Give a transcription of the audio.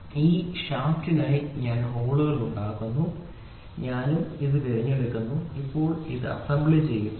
ഈ ഷാഫ്റ്റിനായി ഞാൻ ഹോളുകൾ ഉണ്ടാക്കുന്നു ഞാനും ഇത് തിരഞ്ഞെടുക്കുന്നു ഇപ്പോൾ ഞാൻ അസംബ്ലി ചെയ്യുന്നു ശരി